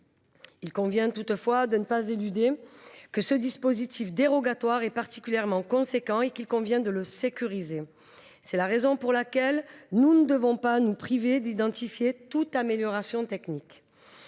Force est toutefois de reconnaître que ce dispositif dérogatoire est particulièrement important et qu’il convient de le sécuriser. C’est la raison pour laquelle nous ne devons pas nous priver d’identifier toute amélioration technique.